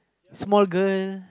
small girl